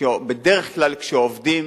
בדרך כלל כשעובדים,